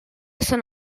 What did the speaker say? sant